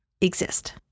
exist